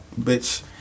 bitch